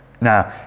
Now